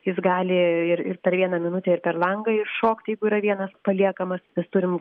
jis gali ir ir per vieną minutę ir per langą iššokt jeigu yra vienas paliekamas mes turim